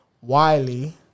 Wiley